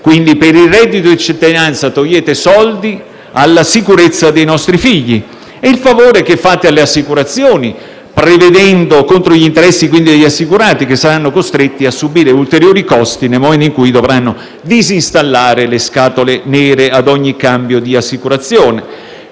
finanziare il reddito di cittadinanza, togliete soldi alla sicurezza dei nostri figli. Va poi ricordato il favore che fate alle assicurazioni, contro gli interessi degli assicurati, che saranno costretti a subire ulteriori costi nel momento in cui dovranno disinstallare le scatole nere ad ogni cambio di assicurazione.